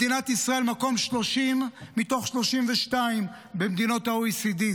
מדינת ישראל במקום 30 מתוך 32 במדינות ה-OECD,